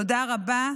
תודה רבה.